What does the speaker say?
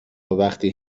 وقتی